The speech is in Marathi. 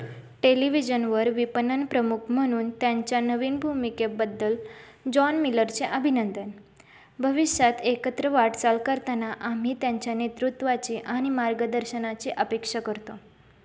टेलिव्हिजनवर विपणन प्रमुख म्हणून त्यांच्या नवीन भूमिकेबद्दल जॉन मिलरचे अभिनंदन भविष्यात एकत्र वाटचाल करताना आम्ही त्यांच्या नेतृत्वाची आणि मार्गदर्शनाची अपेक्षा करतो